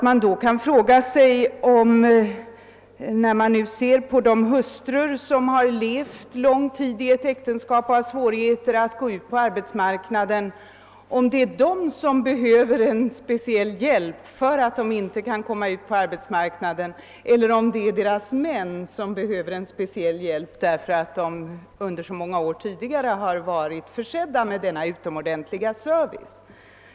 Man kan naturligtvis fråga om de hustrur som levt lång tid i äktenskap och nu har svårigheter att gå ut på arbetsmarknaden är de som alldeles speciellt behöver hjälp därför att de inte kan ta förvärvsarbete, eller om det är deras män som behöver hjälp därför att de under så många år har haft den utomordentliga service som hustrurna svarat för.